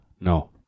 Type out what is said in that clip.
no